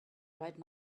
right